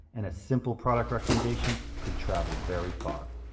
and a simple product recommendation could travel very far.